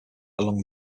along